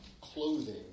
clothing